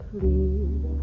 please